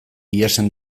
ihesean